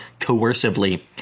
coercively